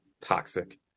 toxic